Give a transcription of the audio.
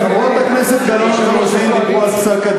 חברת הכנסת גלאון וחברת הכנסת